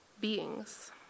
beings